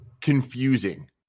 confusing